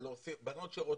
או בנות שרוצות,